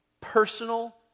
personal